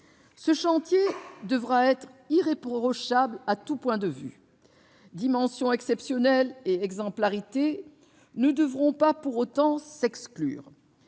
Ce chantier devra être irréprochable à tout point de vue : dimension exceptionnelle et exemplarité ne devront pas s'exclure.